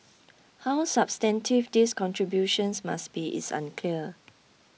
how substantive these contributions must be is unclear